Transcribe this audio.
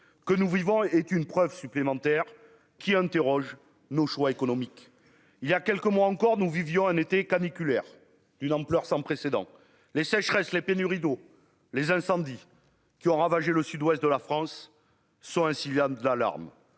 que nous vivons est une preuve supplémentaire qui interrogent nos choix économiques, il y a quelques mois encore, nous vivions un été caniculaire d'une ampleur sans précédent, les sécheresses, les pénuries d'eau, les incendies qui ont ravagé le ouest de la France sont hein, Sylvianne